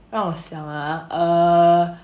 让我想 ah err